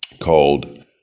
called